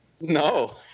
No